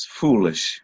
foolish